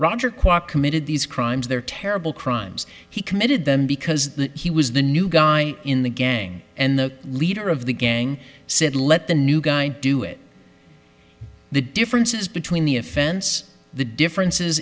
kwok committed these crimes their terrible crimes he committed them because he was the new guy in the gang and the leader of the gang said let the new guy do it the differences between the offense the differences